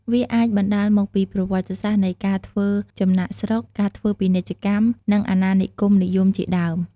វាអាចបណ្តាលមកពីប្រវត្តិសាស្ត្រនៃការធ្វើចំណាកស្រុក ការធ្វើពាណិជ្ជកម្ម និងអាណានិគមនិយមជាដើម។